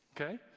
okay